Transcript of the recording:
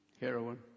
heroin